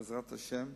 בעזרת השם,